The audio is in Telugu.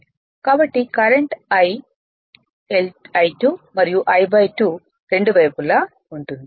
కాబట్టి కరెంట్ I 2 మరియు I 2 రెండు వైపులా ఉంటుంది